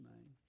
name